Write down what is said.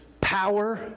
power